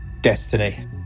destiny